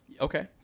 okay